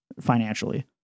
financially